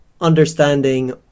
understanding